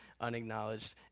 unacknowledged